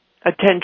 attention